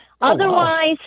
Otherwise